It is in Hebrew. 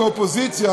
כאופוזיציה,